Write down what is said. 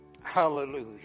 Hallelujah